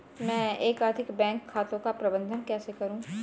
मैं एकाधिक बैंक खातों का प्रबंधन कैसे करूँ?